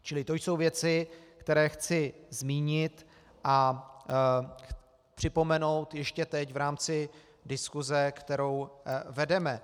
Čili to jsou věci, které chci zmínit a připomenout ještě teď v rámci diskuse, kterou vedeme.